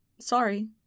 Sorry